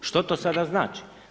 Što to sada znači?